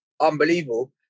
unbelievable